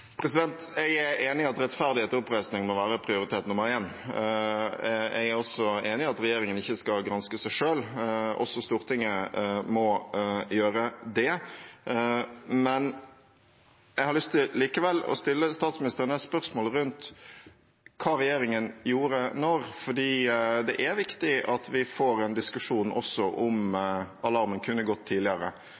Jeg er enig i at rettferdighet og oppreisning må være prioritet nummer én. Jeg er også enig i at regjeringen ikke skal granske seg selv – også Stortinget må gjøre det – men jeg har likevel lyst til å stille statsministeren et spørsmål om hva regjeringen gjorde, når. Det er viktig at vi også får en diskusjon om alarmen kunne gått tidligere,